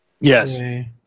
Yes